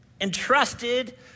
entrusted